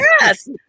Yes